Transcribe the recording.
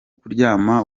kuryama